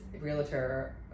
realtor